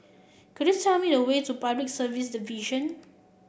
could you tell me the way to Public Service Division